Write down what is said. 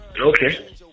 Okay